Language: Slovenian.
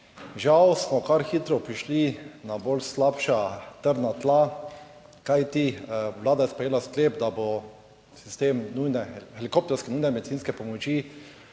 Žal smo kar hitro prišli na slabša trdna tla, kajti Vlada je sprejela sklep, da bo sistem helikopterske nujne medicinske pomoči